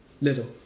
Little